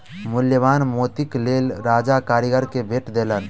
मूल्यवान मोतीक लेल राजा कारीगर के भेट देलैन